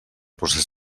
procés